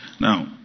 Now